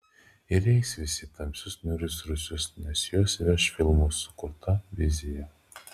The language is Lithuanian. ir eis visi į tamsius niūrius rūsius nes juos veš filmų sukurta vizija